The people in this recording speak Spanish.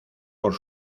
por